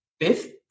Fifth